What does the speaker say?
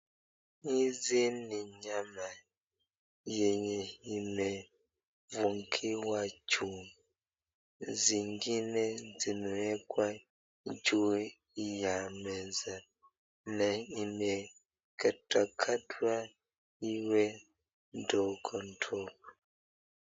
Hizi ni nyama, yenye imefungiwa juu, zingine zimewekwa juu ya meza na imekatwakatwa iwe ndogo ndogo.